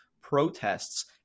protests